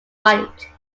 white